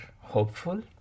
hopeful